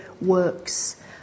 works